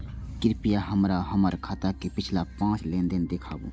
कृपया हमरा हमर खाता के पिछला पांच लेन देन दिखाबू